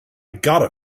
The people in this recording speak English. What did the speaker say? gotta